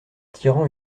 tirant